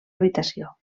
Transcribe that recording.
habitació